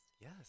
Yes